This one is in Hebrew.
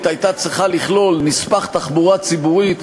הייתה צריכה לכלול נספח תחבורה ציבורית,